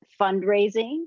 fundraising